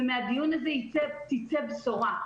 ושמהדיון הזה תצא בשורה,